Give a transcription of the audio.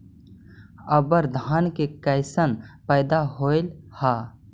अबर धान के कैसन पैदा होल हा?